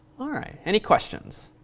all right, any questions?